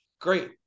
Great